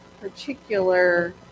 particular